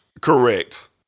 Correct